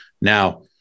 Now